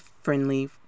friendly